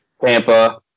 Tampa